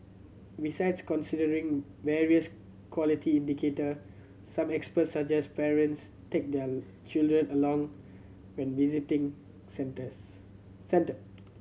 besides considering various quality indicator some experts suggest parents take their children along when visiting centres